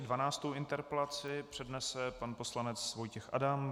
Dvanáctou interpelaci přednese pan poslanec Vojtěch Adam.